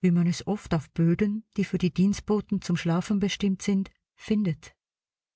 wie man es oft auf böden die für die dienstboten zum schlafen bestimmt sind findet